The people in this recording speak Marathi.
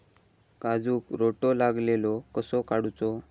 काजूक रोटो लागलेलो कसो काडूचो?